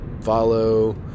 follow